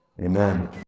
amen